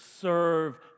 serve